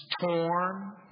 torn